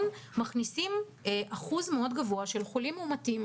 אנחנו מכניסים אחוז מאוד גבוה של חולים מאומתים,